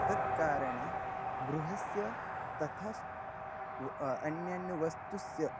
तत्कारणे गृहस्य तथाश् व अन्य अन्य वस्तुस्य